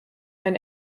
ein